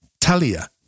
Talia